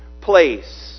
place